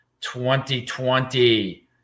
2020